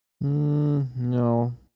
No